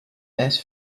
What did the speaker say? best